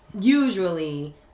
usually